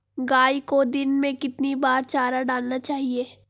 गाय को दिन में कितनी बार चारा डालना चाहिए?